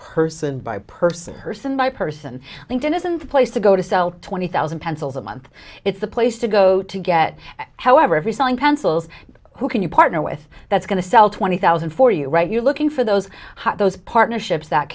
person by person person by person and it isn't the place to go to sell twenty thousand pencils a month it's a place to go to get however every selling pencils who can you partner with that's going to sell twenty thousand for you right you're looking for those hot those partnerships that